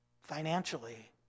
financially